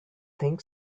think